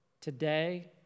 today